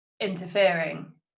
interfering